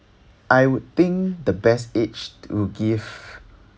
I would think the best age to give